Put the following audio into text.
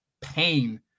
pain